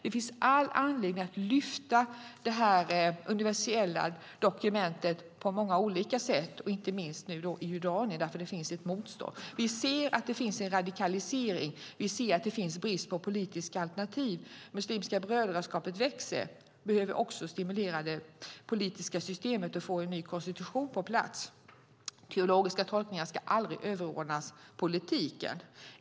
Det finns all anledning att lyfta fram detta universella dokument på många olika sätt, inte minst i Jordanien där det finns ett motstånd. Vi ser att det finns en radikalisering. Vi ser att det finns brist på politiska alternativ. Muslimska brödraskapet växer. Vi behöver också stimulera det politiska systemet och få en ny konstitution på plats. Teologiska tolkningar ska aldrig överordnas politiken.